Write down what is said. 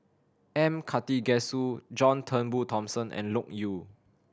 M Karthigesu John Turnbull Thomson and Loke Yew